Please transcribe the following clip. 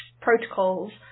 protocols